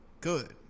good